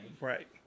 Right